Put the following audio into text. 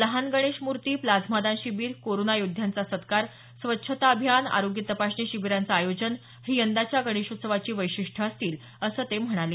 लहान गणेशमूर्ती प्लाझ्मादान शिबीर कोरोना योद्ध्यांचा सत्कार स्वच्छता अभियान आरोग्य तपासणी शिबिरांचं आयोजन ही यंदाच्या गणेशोत्सवाची वैशिष्ट्यं असतील असं ते म्हणाले